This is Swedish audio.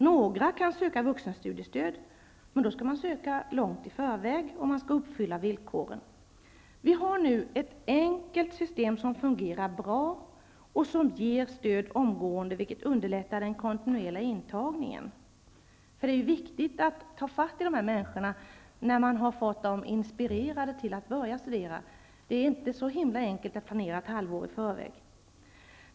Några kan söka vuxenstudiestöd, men då skall man söka långt i förväg och uppfylla villkoren. Vi har nu ett enkelt system som fungerar bra och som ger stöd omgående, vilket underlättar den kontinuerliga intagningen. Det är viktigt att ta fatt i dessa människor när man fått dem inspirerade till att börja studera. Det är inte så enkelt att planera ett halvår i förväg.